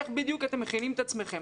איך בדיוק אתם מכינים את עצמכם?